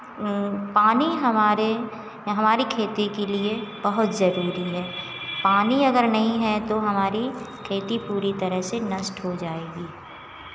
पानी हमारे या हमारी खेती के लिए बहुत ज़रूरी है पानी अगर नहीं है तो हमारी खेती पूरी तरह से नष्ट हो जाएगी